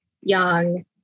young